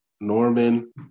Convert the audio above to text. norman